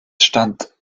stand